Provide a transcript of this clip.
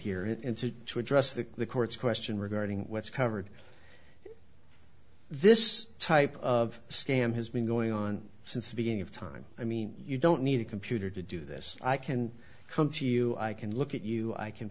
to to address the court's question regarding what's covered this type of scam has been going on since the beginning of time i mean you don't need a computer to do this i can come to you i can look at you i can